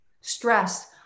stress